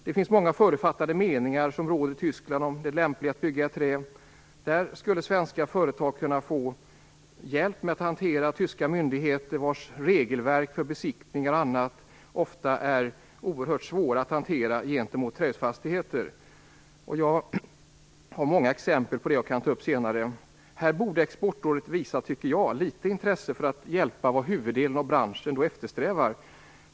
Det finns många förutfattade meningar i Tyskland om det lämpliga i att bygga i trä. Där skulle svenska företag kunna få hjälp att hantera tyska myndigheter, vilkas regelverk för besiktningar och annat ofta är oerhört svåra att hantera gentemot trähusfastigheter. Jag har många exempel på det som jag kan ta upp senare. I detta sammanhang anser jag att Exportrådet borde visa litet intresse för att hjälpa branschen med vad huvuddelen av den eftersträvar.